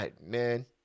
man